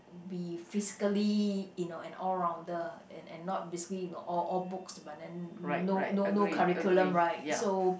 be physically you know an all rounder and and not basically you know all all books but then no no no curriculum right so